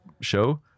show